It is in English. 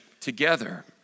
together